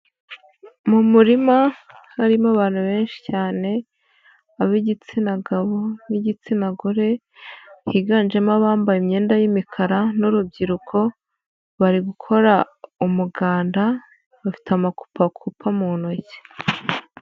Mu murima harimo abantu benshi cyane ab'igitsina gabo n'igitsina gore higanjemo abambaye imyenda y'imikara n'urubyiruko bari gukora umuganda bafite amakupakupa mu ntoki.